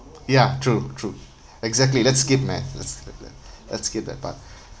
ya true true exactly let's skip man let's skip that let's skip that part